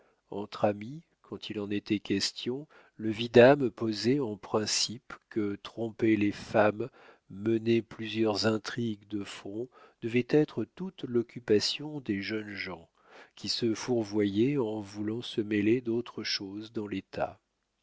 entre amis quand il en était question le vidame posait en principe que tromper les femmes mener plusieurs intrigues de front devait être toute l'occupation des jeunes gens qui se fourvoyaient en voulant se mêler d'autre chose dans l'état